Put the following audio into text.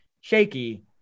shaky